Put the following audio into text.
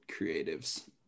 creatives